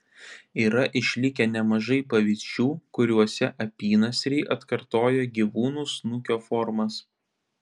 yra išlikę nemažai pavyzdžių kuriuose apynasriai atkartoja gyvūnų snukio formas